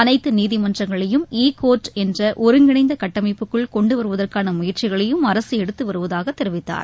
அனைத்து நீதிமன்றங்களையும் e court என்ற ஒருங்கிணைந்த கட்டமைப்புக்குள் கொண்டுவருவதற்கான முயற்சிகளையும் அரசு எடுத்து வருவதாகத் தெரிவித்தார்